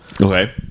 Okay